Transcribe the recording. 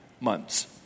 months